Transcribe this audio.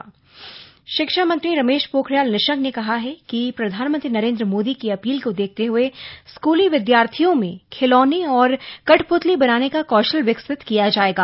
कठपतली कौशल निशंक शिक्षा मंत्री रमेश पोखरियाल निशंक ने कहा है कि प्रधानमंत्री नरेन्द्र मोदी की अपील को देखते हुए स्कूली विद्यार्थियों में खिलौने और कठपुतली बनाने का कौशल विकसित किया जाएगा